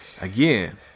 Again